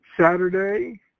Saturday